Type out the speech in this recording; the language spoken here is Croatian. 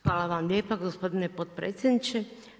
Hvala vam lijepa gospodine potpredsjedniče.